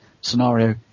scenario